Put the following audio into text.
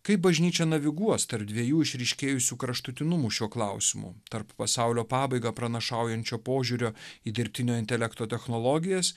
kaip bažnyčia naviguos tarp dviejų išryškėjusių kraštutinumų šiuo klausimu tarp pasaulio pabaigą pranašaujančio požiūrio į dirbtinio intelekto technologijas